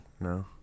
No